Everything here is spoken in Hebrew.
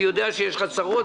אני יודע שיש לך צרות,